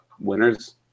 winners